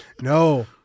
No